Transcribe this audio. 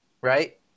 right